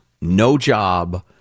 no-job